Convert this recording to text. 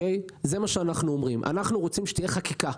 אנחנו רוצים שתהיה חקיקה,